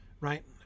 right